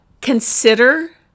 consider